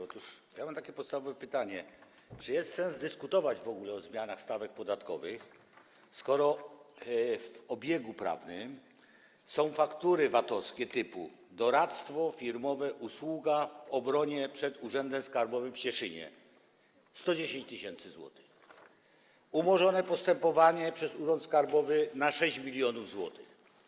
Otóż ja mam takie podstawowe pytanie: Czy jest sens dyskutować w ogóle o zmianach stawek podatkowych, skoro w obiegu prawnym są faktury VAT-owskie typu: doradztwo firmowe, usługa: w obronie przed Urzędem Skarbowym w Cieszynie - 110 tys. zł, a zostało umorzone postępowanie przez urząd skarbowy na 6 mln zł?